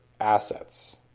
Assets